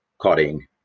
cutting